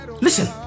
listen